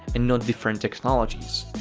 and not different technologies.